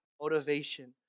motivation